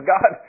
God